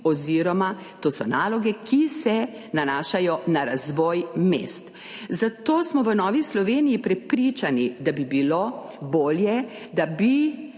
oziroma to so naloge, ki se nanašajo na razvoj mest. Zato smo v Novi Sloveniji prepričani, da bi bilo bolje, da bi